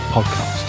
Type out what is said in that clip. Podcast